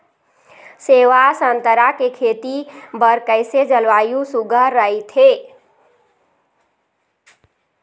सेवा संतरा के खेती बर कइसे जलवायु सुघ्घर राईथे?